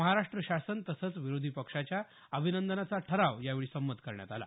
महाराष्ट्र शासन तसंच विरोधी पक्षाच्या अभिनंदनाचा ठराव यावेळी संमत करण्यात आला